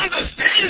understand